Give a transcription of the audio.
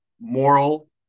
moral